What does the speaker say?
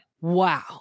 Wow